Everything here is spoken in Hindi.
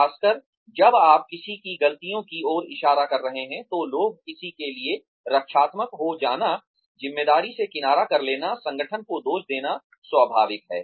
खासकर जब आप किसी की गलतियों की ओर इशारा कर रहे हैं तो लोग किसी के लिए रक्षात्मक हो जाना जिम्मेदारी से किनारा कर लेना संगठन को दोष देना स्वाभाविक है